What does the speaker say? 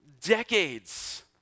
decades